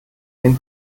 den